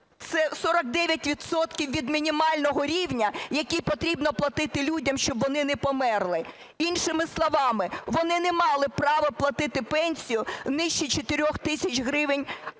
від мінімального рівня, який потрібно платити людям, щоб вони не померли. Іншими словами, вони не мали права платити пенсію нижче 4 тисяч гривень, а вони